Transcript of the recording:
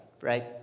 right